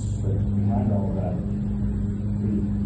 but behind all of that is,